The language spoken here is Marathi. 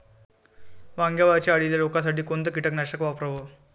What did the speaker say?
वांग्यावरच्या अळीले रोकासाठी कोनतं कीटकनाशक वापराव?